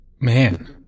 Man